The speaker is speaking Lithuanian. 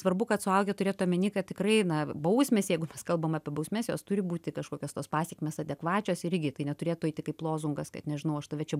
svarbu kad suaugę turėtų omeny kad tikrai na bausmės jeigu mes kalbam apie bausmes jos turi būti kažkokios tos pasekmės adekvačios irgi tai neturėtų eiti kaip lozungas kad nežinau aš tave čia